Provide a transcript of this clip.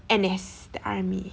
N_S the army